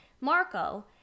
Marco